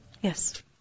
Yes